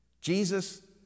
Jesus